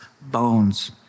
bones